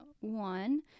one